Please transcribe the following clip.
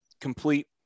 complete